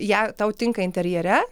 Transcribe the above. ją tau tinka interjere